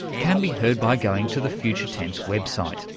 can be heard by going to the future tense website.